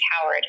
coward